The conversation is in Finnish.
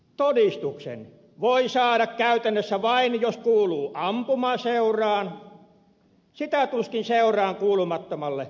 todistuksen voi saada käytännössä vain jos kuuluu ampumaseuraan sitä tuskin seuraan kuulumattomalle annetaan